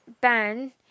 ben